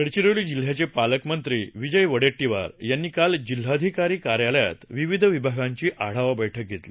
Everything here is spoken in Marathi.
गडचिरोली जिल्ह्याचे पालकमंत्री यांनी काल जिल्हाधिकारी कार्यालयात विविध विभागांची आढावा बैठक घेतली